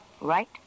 right